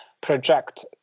project